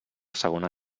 segona